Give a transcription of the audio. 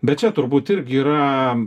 bet čia turbūt irgi yra